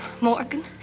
Morgan